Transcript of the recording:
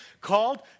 called